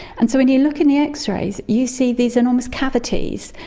and so when you look in the x-rays you see these enormous cavities.